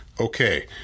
okay